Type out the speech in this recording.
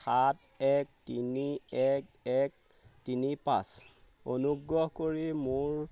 সাত এক তিনি এক এক তিনি পাঁচ অনুগ্ৰহ কৰি মোৰ